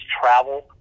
travel